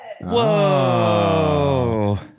Whoa